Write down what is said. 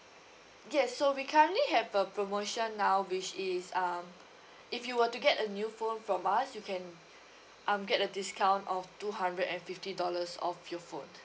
yes so we currently have a promotion now which is um if you were to get a new phone from us you can um get a discount of two hundred and fifty dollars off your phone